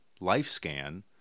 LifeScan